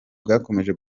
bwakomeje